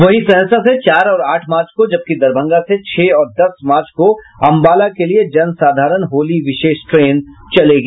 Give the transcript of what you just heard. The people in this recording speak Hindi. वहीं सहरसा से चार और आठ मार्च को जबकि दरभंगा से छह और दस मार्च को अंबाला के लिए जनसाधारण होली विशेष ट्रेन चलेगी